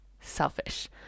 selfish